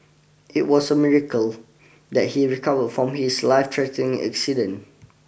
it was a miracle that he recovered from his life threatening accident